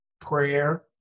prayer